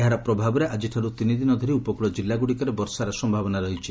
ଏହାର ପ୍ରଭାବରେ ଆକିଠାରୁ ତିନିଦିନ ଧରି ଉପକୂଳ ଜିଲ୍ଲା ଗୁଡ଼ିକରେ ବର୍ଷାର ସୟାବନା ରହିଛି